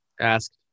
asked